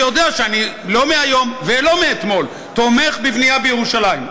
ויודע שאני לא מהיום ולא מאתמול תומך בבנייה בירושלים.